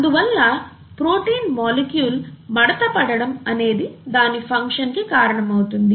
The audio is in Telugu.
అందువల్ల ప్రోటీన్ మాలిక్యూల్ మడతపడటం అనేది దాని ఫంక్షన్ కి కారణం అవుతుంది